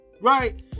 right